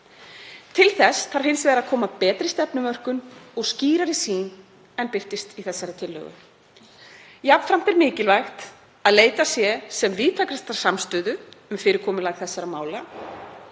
Til þess þarf hins vegar að koma betri stefnumörkun og skýrari sýn en birtist í þessari tillögu. Jafnframt er mikilvægt að leitað sé sem víðtækastrar samstöðu um fyrirkomulag þessara mála